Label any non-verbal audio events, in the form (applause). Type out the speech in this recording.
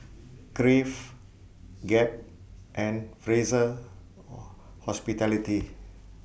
Crave Gap and Fraser (hesitation) Hospitality